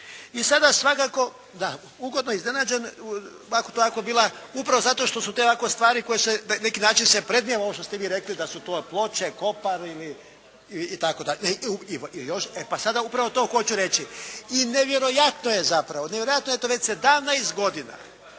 I sada svakako, da, ugodno iznenađen, to je ovako bila, upravo zato što su to ovako stvari koje se na neki način se …/Govornik se ne razumije./… ovo što ste vi rekli da su to Ploče, Kopar ili itd., ili još, e pa sada, upravo to hoću reći. I nevjerojatno je zapravo, nevjerojatno je to već sedamnaest godina,